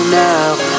now